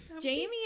Jamie